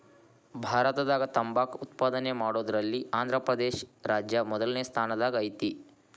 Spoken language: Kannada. ಭಾರತದಾಗ ತಂಬಾಕ್ ಉತ್ಪಾದನೆ ಮಾಡೋದ್ರಲ್ಲಿ ಆಂಧ್ರಪ್ರದೇಶ ರಾಜ್ಯ ಮೊದಲ್ನೇ ಸ್ಥಾನದಾಗ ಐತಿ